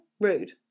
rude